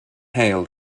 hale